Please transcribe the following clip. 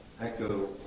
echo